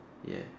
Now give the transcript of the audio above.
ya